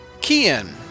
Kian